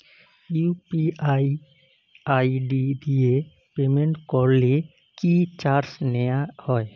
UPI ID দিয়ে payment করলে কি চার্জ নেয়া হয়?